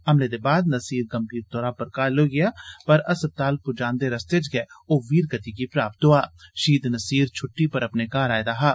हमले दे बाद नसीर गंभीर तौरा पर घाऽल होई गेआ पर अस्पताल पुजांदे रस्ते च गै ओ वीर गति गी प्राप्त होई गेयां शहीद नसीर छुट्टी पर अपने घर आए दा हा